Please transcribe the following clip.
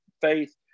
faith